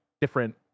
different